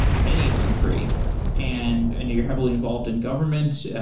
many of them free and i know you're heavily involved in government,